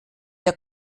der